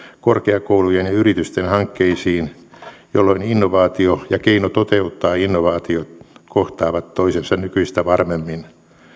korkeakoulujen ja yritysten hankkeisiin jolloin innovaatio ja keino toteuttaa innovaatiot kohtaavat toisensa nykyistä varmemmin